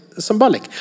symbolic